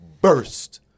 burst